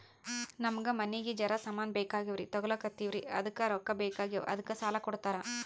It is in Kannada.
ನಮಗ ಮನಿಗಿ ಜರ ಸಾಮಾನ ಬೇಕಾಗ್ಯಾವ್ರೀ ತೊಗೊಲತ್ತೀವ್ರಿ ಅದಕ್ಕ ರೊಕ್ಕ ಬೆಕಾಗ್ಯಾವ ಅದಕ್ಕ ಸಾಲ ಕೊಡ್ತಾರ?